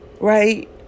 right